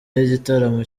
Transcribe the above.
y’igitaramo